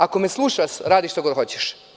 Ako me slušaš, radi šta god hoćeš.